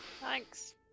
Thanks